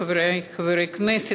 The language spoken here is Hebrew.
חברי חברי הכנסת,